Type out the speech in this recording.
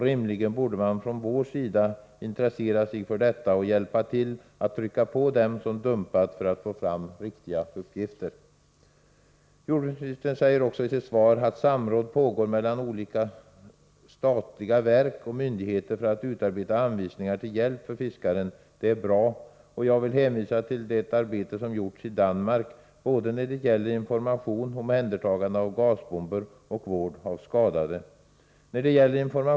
Rimligen borde man från vår sida intressera sig för detta och hjälpa till att trycka på hos dem som dumpat för att få fram riktiga uppgifter. Jordbruksministern säger i sitt svar att samråd pågår mellan olika statliga verk och myndigheter för att utarbeta anvisningar till hjälp för fiskaren. Det är bra. Jag vill hänvisa till det arbete som gjorts i Danmark både när det gäller information, omhändertagande av gasbomber och vård av skadade.